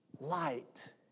light